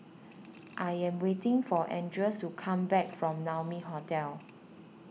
I am waiting for Andreas to come back from Naumi Hotel